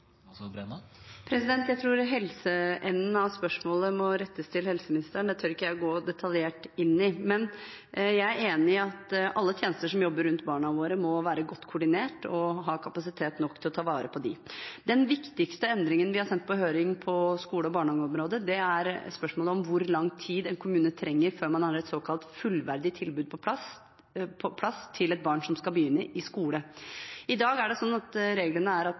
tror jeg må rettes til helseministeren. Det tør ikke jeg å gå detaljert inn i. Men jeg er enig i at alle tjenester som jobber rundt barna våre, må være godt koordinert og ha kapasitet nok til å ta vare på dem. Den viktigste endringen vi har sendt på høring på skole- og barnehageområdet, er spørsmålet om hvor lang tid en kommune trenger før man har et såkalt fullverdig tilbud på plass til et barn som skal begynne i skole. I dag er reglene at